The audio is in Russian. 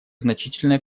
значительной